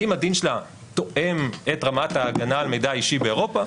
האם הדין שלה תואם את רמת ההגנה על מידע אישי באירופה?